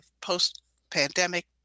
post-pandemic